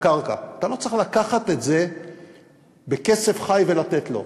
אתה לא צריך לקחת את זה בכסף חי ולתת לו,